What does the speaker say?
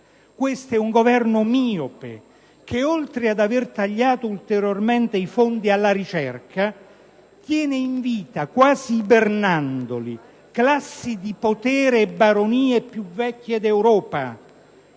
Questo è un Governo miope, che, oltre ad avere tagliato ulteriormente i fondi alla ricerca, tiene in vita, quasi ibernandole, le classi di potere e le baronie più vecchie d'Europa,